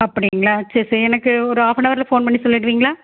அப்படிங்களா சரி சரி எனக்கு ஒரு ஆஃப்பனவரில் ஃபோன் பண்ணி சொல்லிடுவிங்களா